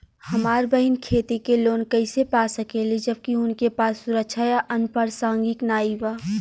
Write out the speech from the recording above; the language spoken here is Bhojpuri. हमार बहिन खेती के लोन कईसे पा सकेली जबकि उनके पास सुरक्षा या अनुपरसांगिक नाई बा?